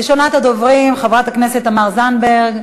רשימת הדוברים: חברת הכנסת תמר זנדברג,